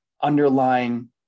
underlying